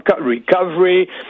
recovery